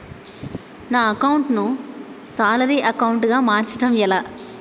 నా అకౌంట్ ను salary account గా మార్చటం ఎలా?